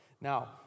Now